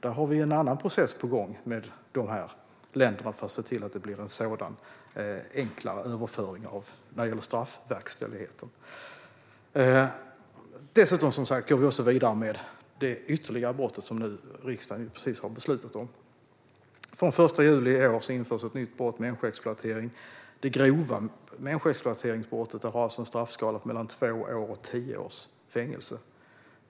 Där finns en annan process på gång med länderna för att se till att det blir en enklare överföring av straffverkställigheter. Vi går också vidare med det ytterligare brott som riksdagen precis har fattat beslut om. Den 1 juli i år införs ett nytt brott, människoexploatering. Det grova brottet människoexploatering har en straffskala på mellan två år och tio års fängelse.